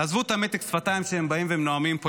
עזבו את מתק השפתיים כשהם באים והם נואמים פה,